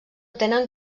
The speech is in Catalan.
tenen